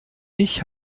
ich